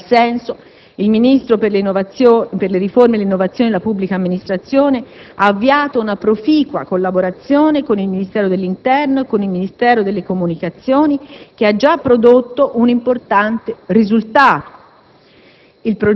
In tal senso, il Ministro per le riforme e le innovazioni nella pubblica amministrazione ha avviato una proficua collaborazione con il Ministero dell'interno e con il Ministero delle comunicazioni che ha già prodotto un importante risultato.